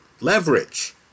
leverage